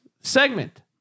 segment